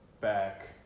back